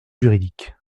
juridique